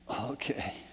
okay